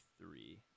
three